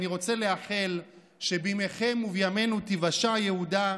אני רוצה לאחל שבימיכם ובימינו תיוושע יהודה,